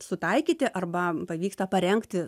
sutaikyti arba pavyksta parengti